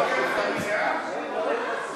וגם סגן השר מיקי לוי תומך.